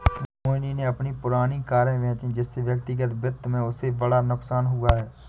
मोहन ने अपनी पुरानी कारें बेची जिससे व्यक्तिगत वित्त में उसे बड़ा नुकसान नहीं हुआ है